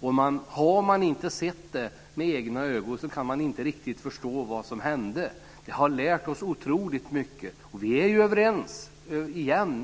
Om man inte har sett detta med egna ögon kan man inte riktigt förstå vad som hände. Detta har lärt oss otroligt mycket. Vi är överens